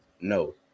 no